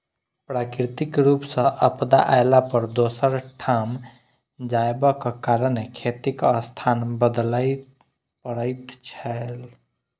प्राकृतिक रूप सॅ आपदा अयला पर दोसर ठाम जायबाक कारणेँ खेतीक स्थान बदलय पड़ैत छलै